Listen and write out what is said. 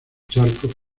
charco